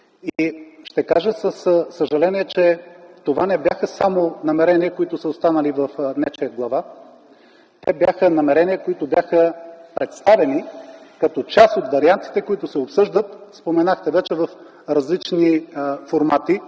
Ще кажа със съжаление, че това не бяха само намерения, които са останали в нечия глава. Те бяха намерения, които бяха представени като част от вариантите, които се обсъждат, споменахте вече, в различни формати,